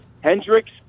Hendricks